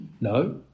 No